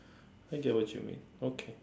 I get what you mean okay